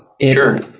Sure